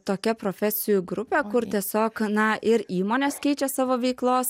tokia profesijų grupė kur tiesiog na ir įmonės keičia savo veiklos